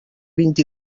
vint